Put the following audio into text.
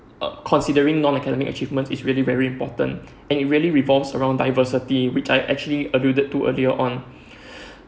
uh considering non academic achievement is really very important and it really revolves around diversity which I actually alluded to earlier on